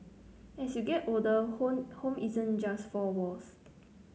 as you get older home isn't just four walls